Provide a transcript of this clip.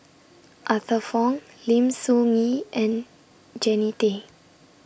Arthur Fong Lim Soo Ngee and Jannie Tay